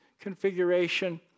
configuration